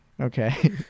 Okay